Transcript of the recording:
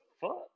fuck